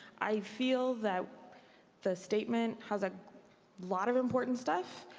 i feel that the statement has a lot of important stuff,